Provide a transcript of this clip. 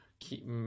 Keep